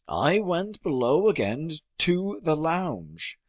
i went below again to the lounge.